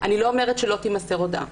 אני לא אומרת שלא תימסר הודעה,